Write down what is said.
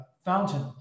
fountain